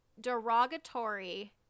derogatory